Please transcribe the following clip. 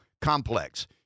complex